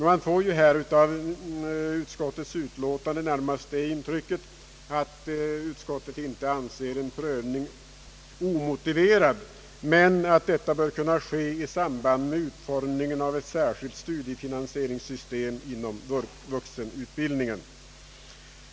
Man får av utskottets utlåtande närmast det intrycket, att utskottet inte anser en prövning omotiverad men att en sådan bör kunna ske i samband med utformningen av ett särskilt studiefinansieringssystem inom vuxenutbildningen.